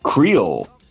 Creole